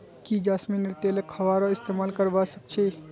की जैस्मिनेर तेलक खाबारो इस्तमाल करवा सख छ